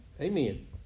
Amen